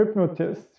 hypnotist